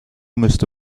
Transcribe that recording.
müsste